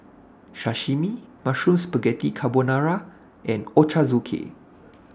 Sashimi Mushroom Spaghetti Carbonara and Ochazuke